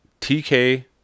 TK